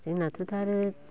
जोंनाथ' दा आरो